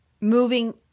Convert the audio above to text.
moving